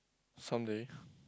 some day